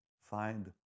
find